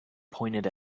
pointed